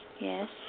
yes